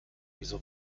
wieso